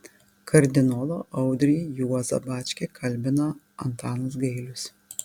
kardinolą audrį juozą bačkį kalbina antanas gailius